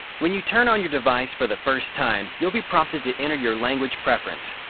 when you turn on your device for the first time, you'll be prompted to enter your language preference.